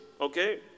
okay